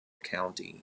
county